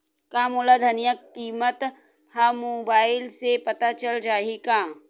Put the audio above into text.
का मोला धनिया किमत ह मुबाइल से पता चल जाही का?